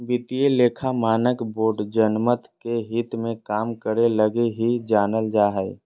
वित्तीय लेखा मानक बोर्ड जनमत के हित मे काम करे लगी ही जानल जा हय